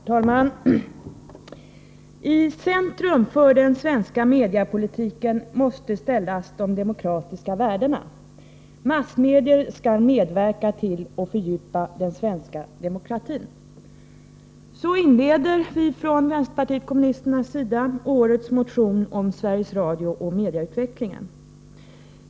Herr talman! I centrum för den svenska mediapolitiken måste ställas de demokratiska värdena. Massmedier skall medverka till och fördjupa den svenska demokratin. Så inleder vi från vpk:s sida årets motion om Sveriges Radio och mediautvecklingen.